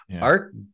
art